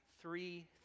three